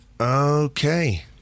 okay